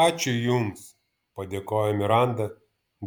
ačiū jums padėkojo miranda